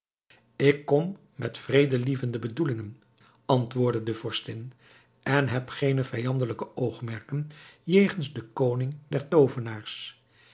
ik kom met vredelievende bedoelingen antwoordde de vorstin en heb geene vijandelijke oogmerken jegens den koning der